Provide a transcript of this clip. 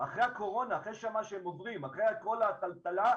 אחרי הקורונה אחרי מה שהם אומרים ואחרי כל הטלטלה.